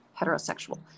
heterosexual